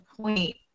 point